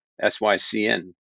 S-Y-C-N